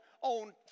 on